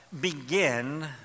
begin